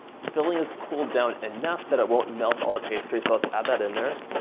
filling has cooled down enough that i won't melt all the pastry, so let's add that in there.